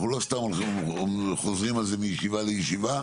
אנחנו לא סתם חוזרים על זה מישיבה לישיבה,